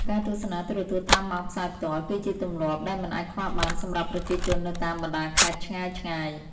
ការទស្សនាទូរទស្សន៍តាមម៉ោងផ្សាយផ្ទាល់ គឺជាទម្លាប់ដែលមិនអាចខ្វះបានសម្រាប់ប្រជាជននៅតាមបណ្តាខេត្តឆ្ងាយៗ។